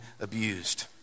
abused